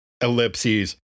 ellipses